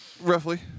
Roughly